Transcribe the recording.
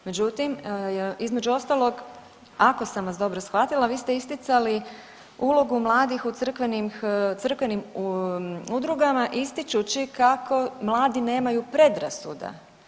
Međutim, između ostalog ako sam vas dobro shvatila vi ste isticali ulogu mladih u crkvenim udrugama kako mladi nemaju predrasuda.